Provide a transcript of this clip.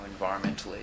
environmentally